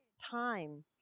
time